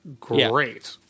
great